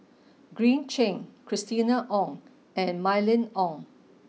Green Zeng Christina Ong and Mylene Ong